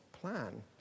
plan